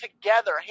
together